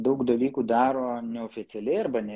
daug dalykų daro neoficialiai arba ne